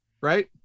right